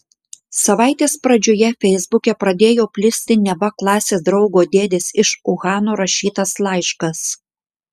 savaitės pradžioje feisbuke pradėjo plisti neva klasės draugo dėdės iš uhano rašytas laiškas